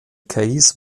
case